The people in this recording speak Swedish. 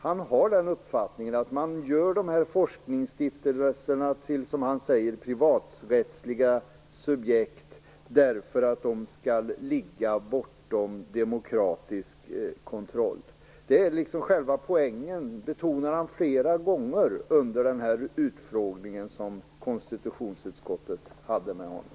Han har uppfattningen att man gör forskningsstiftelserna till, som han säger, privaträttsliga subjekt därför att de skall ligga bortom demokratisk kontroll. Det är själva poängen. Han betonade det flera gånger under den utfrågning som konstitutionsutskottet hade med honom.